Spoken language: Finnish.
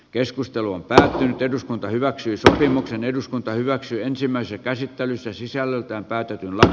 keskustelu on päättänyt eduskunta hyväksyi sopimuksen eduskunta hyväksyi ensimmäisen käsittelyssä sisällöltään päätyy tänä